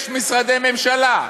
יש משרדי ממשלה,